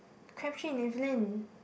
Crabtree and Evelyn